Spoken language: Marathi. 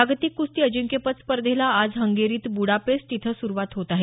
जागतिक कुस्ती अजिंक्यपद स्पर्धेला आज हंगेरीत बुडापेस्ट इथं सुरुवात होत आहे